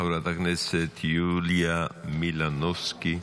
חברת הכנסת יוליה מלינובסקי,